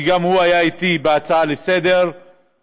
שגם הוא היה איתי בהצעה לסדר-היום,